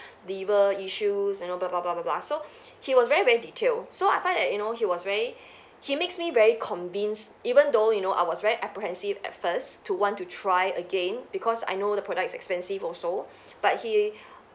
liver issues you know blah blah blah blah blah so he was very very detailed so I find that you know he was very he makes me very convince even though you know I was very apprehensive at first to want to try again because I know the product is expensive also but he